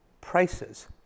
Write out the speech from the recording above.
prices